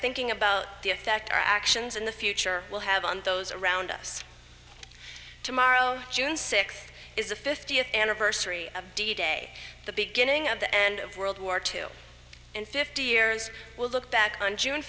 thinking about the effect our actions in the future will have on those around us tomorrow june sixth is the fiftieth anniversary of d day the beginning of the end of world war two in fifty years we'll look back on june